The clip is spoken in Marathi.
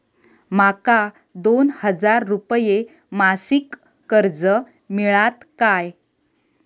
माका दोन हजार रुपये मासिक कर्ज मिळात काय?